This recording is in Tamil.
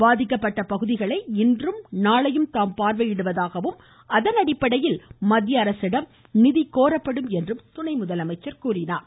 பாதிக்கப்பட்ட பகுதிகளை இன்றும் நாளையும் தாம் பார்வையிடுவதாகவும் அதன் அடிப்படையில் மத்திய அரசிடம் நிதி கோரப்படும் என்றும் தெரிவித்தார்